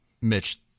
Mitch